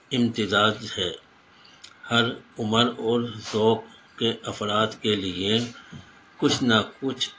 امتزاج ہے ہر عمر اور ذوق کے افراد کے لیے کچھ نہ کچھ